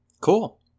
Cool